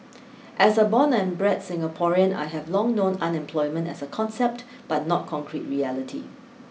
as a born and bred Singaporean I have long known unemployment as a concept but not concrete reality